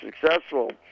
successful